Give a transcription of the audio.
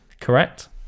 Correct